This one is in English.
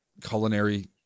culinary